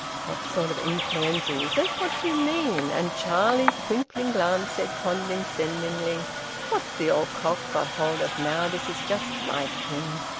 what sort of influenza is it? what do you mean? and charlie's twinkling glance said condescendingly what's the old cock got hold of now? this is just like him.